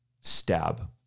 Stab